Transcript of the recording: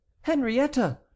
Henrietta